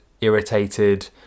irritated